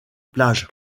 plage